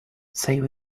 save